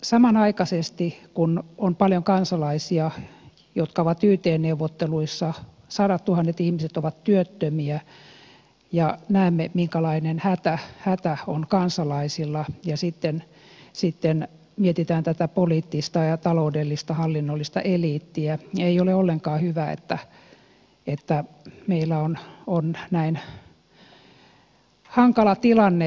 samanaikaisesti on paljon kansalaisia jotka ovat yt neuvotteluissa sadattuhannet ihmiset ovat työttömiä ja näemme minkälainen hätä on kansalaisilla ja kun sitten mietitään sitten tätä poliittista ja taloudellista hallinnollista eliittiä ei ole ollenkaan hyvä että meillä on näin hankala tilanne